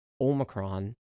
Omicron